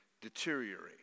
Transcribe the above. deteriorate